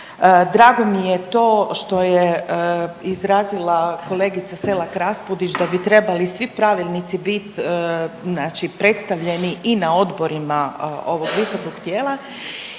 drago mi je to što je izrazila kolegica Selak Raspudić da bi trebali svi pravilnici bit znači predstavljeni i na odborima ovog visokog tijela